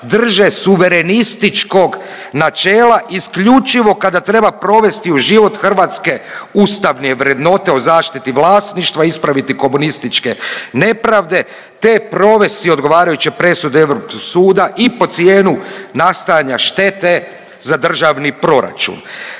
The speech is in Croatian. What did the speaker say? drže suverenističkog načela isključivo kada treba provesti u život hrvatske ustavne vrednote o zaštiti vlasništva, ispraviti komunističke nepravde te provesti odgovarajuće presude Europskog suda i po cijenu nastajanja štete za Državni proračun.